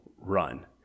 run